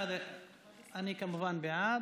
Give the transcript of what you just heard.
אני כמובן בעד.